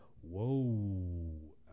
Whoa